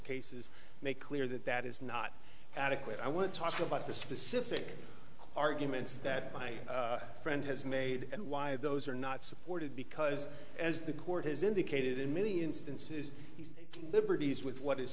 cases make clear that that is not adequate i want to talk about the specific arguments that my friend has made and why those are not supported because as the court has indicated in many instances liberties with what is